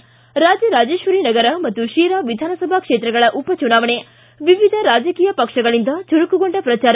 ಿಗ ರಾಜರಾಜೇಶ್ಲರಿ ನಗರ ಮತ್ತು ಶಿರಾ ವಿಧಾನಸಭಾ ಕ್ಷೇತ್ರಗಳ ಉಪಚುನಾವಣೆ ವಿವಿಧ ರಾಜಕೀಯ ಪಕ್ಷಗಳಿಂದ ಚುರುಕುಗೊಂಡ ಪ್ರಚಾರ